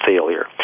failure